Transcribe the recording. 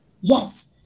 Yes